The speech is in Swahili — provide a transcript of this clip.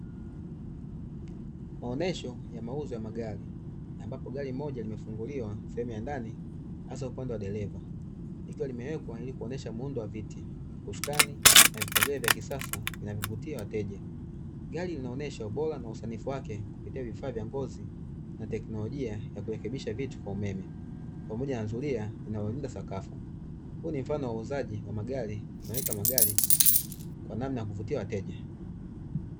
maonyesho ya mauzo ya gari ambapo gari moja limefunguliwa sehemu ya ndani hasa upande wa dereva, likiwa limewekwa ili kuonyesha muundo wa viti usukani na vipengele vya kisasa vinavyovutia wateja ,gari linaonyesha ubora na usanifu wake kupitia vifaa vya ngozi na teknolojia ya kurekebisha vitu kwa umeme pamoja na zulia linalolinda sakafu .huu ni mfano wa uuzaji wa magari unaoweka magari kwa namna ya kuvutia wateja .